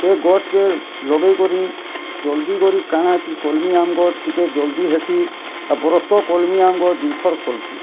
ସେ ଗଛ୍କେ ଲଗେଇ କରି ଜଲ୍ଦି କରି କାଣାକି କଲ୍ମି ଆମ୍ବ ଗଛ୍ ଟିକେ ଜଲ୍ଦି ହେସି ଆର୍ ବରଷ୍ କ କଲ୍ମି ଆମ୍ବ ଗଛ୍ ଦୁଇ ଥର୍ ଫଲ୍ସି